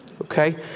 okay